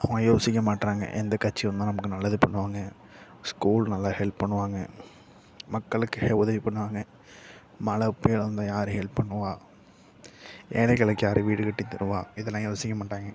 அவங்க யோசிக்க மாட்டுறாங்க எந்த கட்சி வந்தால் நமக்கு நல்லது பண்ணுவாங்க ஸ்கூல் நல்லா ஹெல்ப் பண்ணுவாங்க மக்களுக்கு உதவி பண்ணுவாங்க மழை புயல் வந்தால் யாரு ஹெல்ப் பண்ணுவா ஏழைகளுக்கு யாரு வீடு கட்டி தருவா இதெல்லாம் யோசிக்க மாட்டாங்க